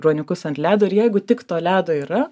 ruoniukus ant ledo ir jeigu tik to ledo yra